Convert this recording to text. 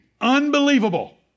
Unbelievable